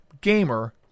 gamer